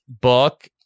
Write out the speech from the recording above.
book